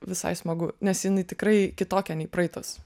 visai smagu nes jinai tikrai kitokia nei praeitos